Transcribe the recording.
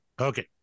Okay